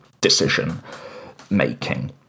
decision-making